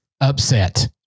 upset